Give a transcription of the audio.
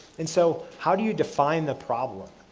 and so, how do you define the problem?